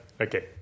okay